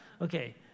Okay